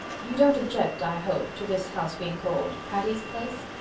you don't object, i hope, to this house being called patty's place?